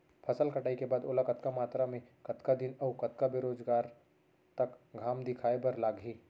फसल कटाई के बाद ओला कतका मात्रा मे, कतका दिन अऊ कतका बेरोजगार तक घाम दिखाए बर लागही?